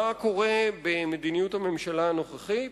מה קורה במדיניות הממשלה הנוכחית?